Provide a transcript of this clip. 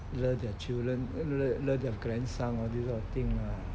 love the children love the grandson all these kind of thing ah